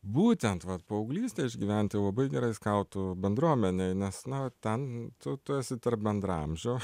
būtent vat paauglystę išgyventi labai gerai skautų bendruomenėj nes nu ten tu tu esi tarp bendraamžių